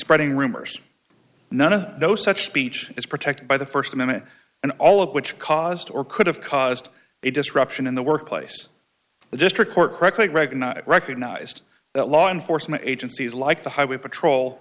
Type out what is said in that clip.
spreading rumors none of no such speech is protected by the st minute and all of which caused or could have caused a disruption in the workplace the district court correctly greg not recognized that law enforcement agencies like the highway patrol